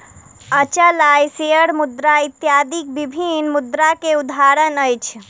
अचल आय, शेयर मुद्रा इत्यादि विभिन्न मुद्रा के उदाहरण अछि